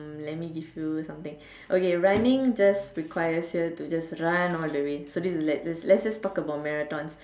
hmm let me give you something okay running just requires you to just run all the way so let's just let's just talk about marathons